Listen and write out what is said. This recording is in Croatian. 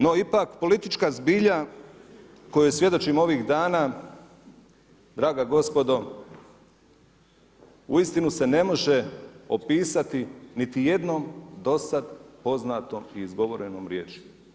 No ipak politička zbilja kojoj svjedočimo ovih dana draga gospodo uistinu se ne može opisat niti jednom dosad poznatom i izgovorenom riječi.